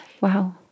Wow